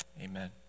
Amen